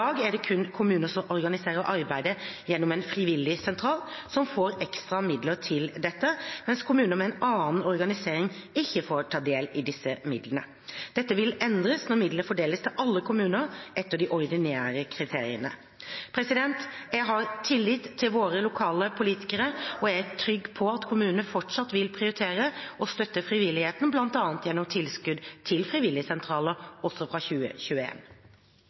er det kun kommuner som organiserer arbeidet gjennom en frivilligsentral, som får ekstra midler til dette, mens kommuner med en annen organisering ikke får ta del i disse midlene. Dette vil endres når midlene fordeles til alle kommuner etter de ordinære kriteriene. Jeg har tillit til våre lokale politikere, og jeg er trygg på at kommunene fortsatt vil prioritere å støtte frivilligheten, bl.a. gjennom tilskudd til frivilligsentraler, også fra